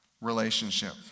relationship